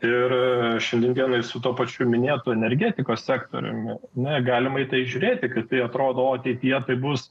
ir šiandien dienai su tuo pačiu minėtu energetikos sektoriumi negalima į tai žiūrėti katė atrodo ateityje taip bus